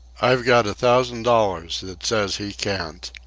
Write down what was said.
i've got a thousand dollars that says he can't.